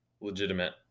legitimate